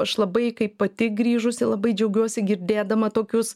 aš labai kaip pati grįžusi labai džiaugiuosi girdėdama tokius